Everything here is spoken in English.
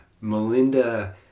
Melinda